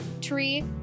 tree